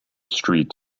street